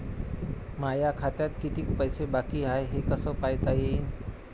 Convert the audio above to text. माया खात्यात कितीक पैसे बाकी हाय हे कस पायता येईन?